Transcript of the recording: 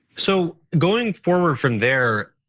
so going forward from there,